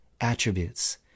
attributes